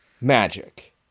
magic